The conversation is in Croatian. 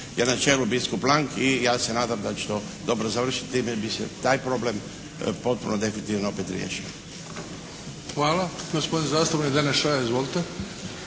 je na čelu biskup Lang i ja se nadam da će se to dobro završiti. Time bi se taj problem potpuno definitivno opet riješio. **Bebić, Luka (HDZ)** Hvala. Gospodin zastupnik Deneš Šoja. Izvolite.